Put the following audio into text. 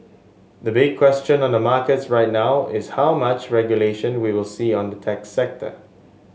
the big question on the markets right now is how much regulation we will see on the tech sector